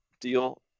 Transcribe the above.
deal